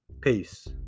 Peace